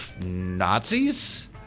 Nazis